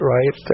Right